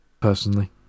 personally